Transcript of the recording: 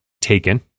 taken